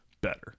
better